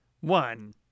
one